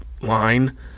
line